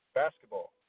basketball